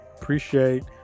appreciate